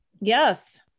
Yes